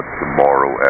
tomorrow